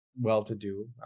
well-to-do